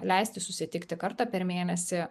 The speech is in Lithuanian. leisti susitikti kartą per mėnesį